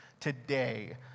today